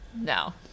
No